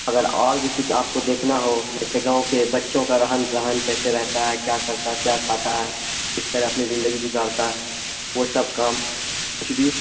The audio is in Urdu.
اگر اور بھی کچھ آپ کو دیکھنا ہو جیسے گاؤں کے بچوں کا رہن سہن کیسے رہتا ہے کیا کرتا ہے کیا کھاتا ہے کس طرح اپنے زندگی گزارتا ہے وہ سب کام کچھ بھی